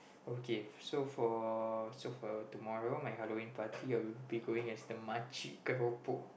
okay so for so for tomorrow my Halloween party we will be going as the makcik keropok